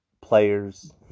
players